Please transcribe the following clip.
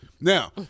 Now